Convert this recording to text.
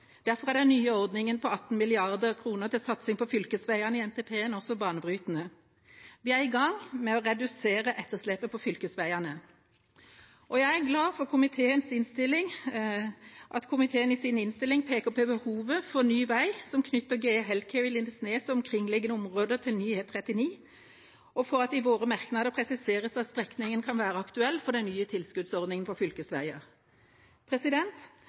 Derfor er den nye ordningen med 18 mrd. kr til satsing på fylkesveiene i NTP-en også banebrytende. Vi er i gang med å redusere etterslepet på fylkesveiene. Jeg er glad for at komiteen i sin innstilling peker på behovet for ny vei som knytter GE Healthcare i Lindesnes og omkringliggende områder til ny E39, og for at det i våre merknader presiseres at strekningen kan være aktuell for den nye tilskuddsordningen for fylkesveier.